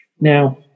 Now